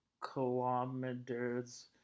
kilometers